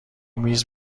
میز